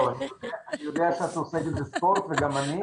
אני יודע שאת עוסקת בספורט, גם אני,